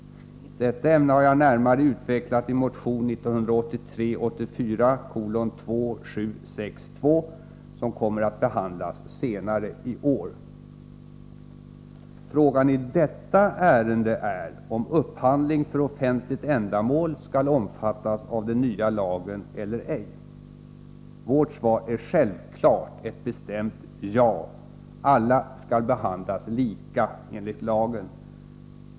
Detta ämne har jag närmare utvecklat i motion 1983/ 84:2762, som kommer att behandlas senare i år. Frågan i detta ärende är om upphandling för offentligt ändamål skall omfattas av den nya lagen eller ej. Vårt svar är självfallet ett bestämt ja — alla skall behandlas lika enligt lagen.